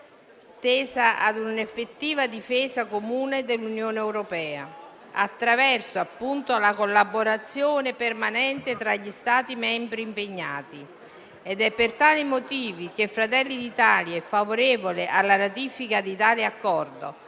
tesa a un'effettiva difesa comune dell'Unione europea attraverso la collaborazione permanente tra gli Stati membri impegnati. È per tali motivi che Fratelli d'Italia è favorevole alla ratifica di tale Accordo,